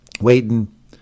Waiting